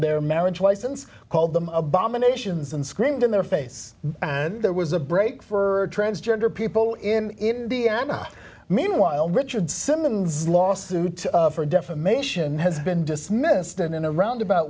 their marriage license called them abominations and screamed in their face and there was a break for transgender people in indiana meanwhile richard simmons lawsuit for defamation has been dismissed and in a roundabout